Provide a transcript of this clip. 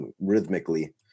rhythmically